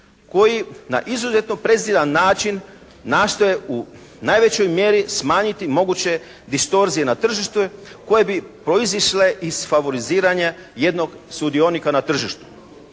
koji na izuzetno preziran način nastoje u najvećoj mjeri smanjiti moguće distorzije na tržištu koje bi proizišle iz favoriziranja jednog sudionika na tržištu.